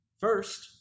First